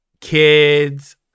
kids